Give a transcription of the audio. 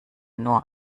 nur